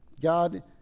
God